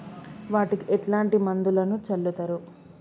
వాటికి ఎట్లాంటి మందులను చల్లుతరు?